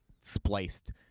spliced